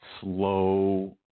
slow